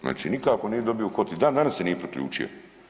Znači nikako nije dobio u kvoti, dan danas se nije priključio.